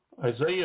Isaiah